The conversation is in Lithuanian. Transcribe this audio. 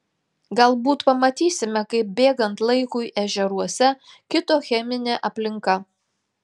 galbūt pamatysime kaip bėgant laikui ežeruose kito cheminė aplinka